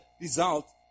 result